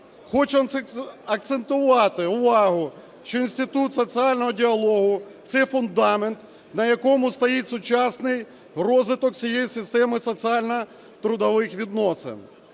Хочу акцентувати увагу, що інститут соціального діалогу – це фундамент, на якому стоїть сучасний розвиток всієї системи соціально-трудових відносин.